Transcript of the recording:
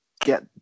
get